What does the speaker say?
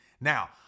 Now